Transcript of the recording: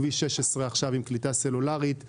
כביש 16 עכשיו עם קליטה סלולרית מלאה.